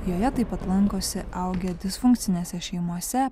joje taip pat lankosi augę disfunkcinėse šeimose